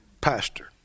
pastor